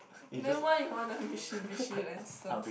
then why you want a Mitsubishi Lancer